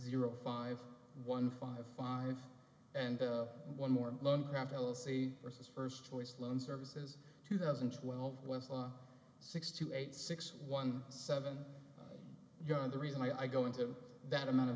zero five one five five and one more loan capital c versus first choice loan services two thousand and twelve six to eight six one seven you know the reason i go into that amount of